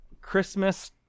Christmas